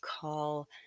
call